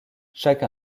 chaque